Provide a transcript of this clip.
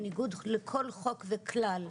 בניגוד לכל חוק וכלל,